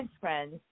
friends